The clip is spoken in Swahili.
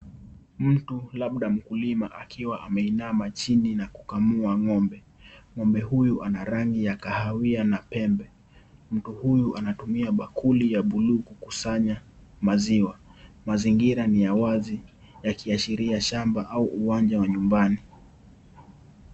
Mtu labda mkulima akiwa ameinama chini na kukamua ng'ombe. Ng'ombe huyo ana rangi ya kahawia na pembe. Mtu huyu anatumia bakuli ya bluu kukusanya maziwa, mazingira ni ya wazi, yakiashiria shamba au uwanja wa nyumbani.